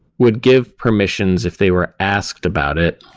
would give permissions if they were asked about it,